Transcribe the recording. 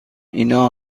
اینا